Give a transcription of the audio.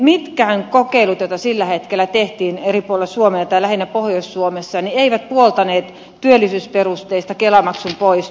mitkään kokeilut joita sillä hetkellä tehtiin eri puolilla suomea tai lähinnä pohjois suomessa eivät puoltaneet työllisyysperusteista kelamaksun poistoa